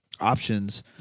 options